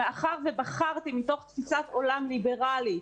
מאחר שבחרתי, מתוך תפיסת עולם ליברלית,